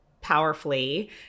powerfully